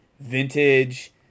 vintage